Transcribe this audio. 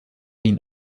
been